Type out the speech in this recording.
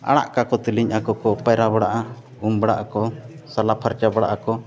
ᱟᱲᱟᱜ ᱠᱟᱠᱚ ᱛᱮᱞᱤᱧ ᱟᱠᱚ ᱠᱚ ᱯᱟᱭᱨᱟ ᱵᱟᱲᱟᱜᱼᱟ ᱩᱢ ᱵᱟᱲᱟᱜ ᱟᱠᱚ ᱥᱟᱞᱟ ᱯᱷᱟᱨᱪᱟ ᱵᱟᱲᱟᱜ ᱟᱠᱚ